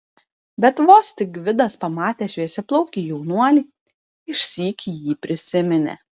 bet vos tik gvidas pamatė šviesiaplaukį jaunuolį išsyk jį prisiminė